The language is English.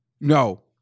No